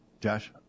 Josh